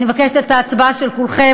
אני מבקשת את ההצבעה של כולכם,